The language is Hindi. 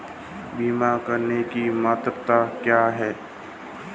बीमा करने की पात्रता क्या है?